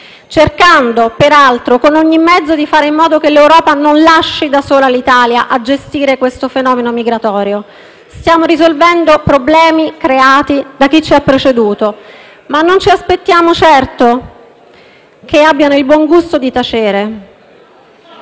cercando, peraltro, con ogni mezzo, di fare in modo che l'Europa non lasci da sola l'Italia a gestire il fenomeno migratorio. Stiamo risolvendo problemi creati da chi ci ha preceduto, ma non ci aspettiamo certo che abbiano il buon gusto di tacere.